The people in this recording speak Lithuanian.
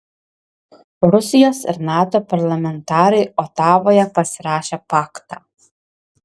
rusijos ir nato parlamentarai otavoje pasirašė paktą